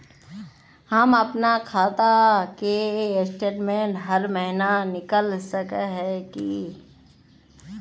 हम अपना खाता के स्टेटमेंट हर महीना निकल सके है की?